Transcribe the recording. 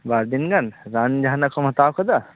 ᱵᱟᱨ ᱫᱤᱱ ᱜᱟᱱ ᱨᱟᱱ ᱡᱟᱦᱟᱱᱟᱜ ᱠᱚᱢ ᱦᱟᱛᱟᱣ ᱟᱠᱟᱫᱟ